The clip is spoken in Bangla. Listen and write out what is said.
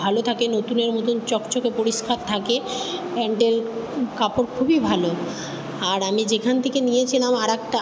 ভালো থাকে নতুনের মতন চকচকে পরিষ্কার থাকে প্যান্টের কাপড় খুবই ভালো আর আমি যেখান থেকে নিয়েছিলাম আরেকটা